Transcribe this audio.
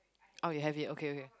oh you have it okay okay